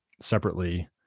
separately